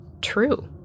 true